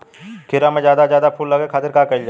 खीरा मे ज्यादा से ज्यादा फूल लगे खातीर का कईल जाला?